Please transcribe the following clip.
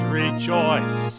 rejoice